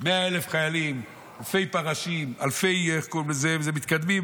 100,000 חיילים, אלפי פרשים, ומתקדמים.